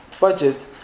budget